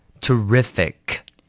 Terrific